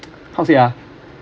how to say ah